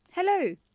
Hello